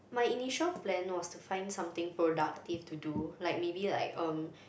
my initial plan was to find something productive to do like maybe like um